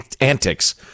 antics